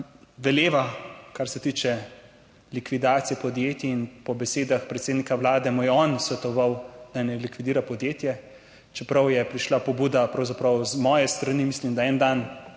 veleva, kar se tiče likvidacije podjetij, in po besedah predsednika Vlade mu je on svetoval, da naj likvidira podjetje, čeprav je pravzaprav prišla pobuda z moje strani, mislim da en dan